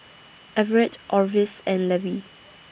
Everet Orvis and Levy